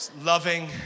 Loving